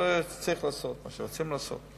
שצריך לעשות או רוצים לעשות.